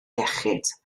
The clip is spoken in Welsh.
iechyd